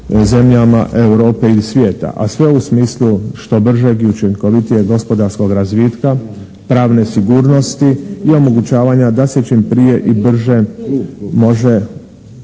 zemljama Europe ili svijeta. A sve u smislu što bržeg i učinkovitijeg gospodarskog razvitka pravne sigurnosti i omogućavanja da se čim prije i brže može